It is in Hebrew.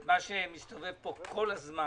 את מה שמסתובב פה כל הזמן